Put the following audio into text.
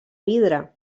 vidre